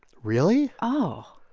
really? oh.